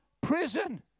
prison